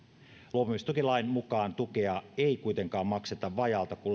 luopumistukilain mukaan tukea ei kuitenkaan makseta vajaalta